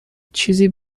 چیزی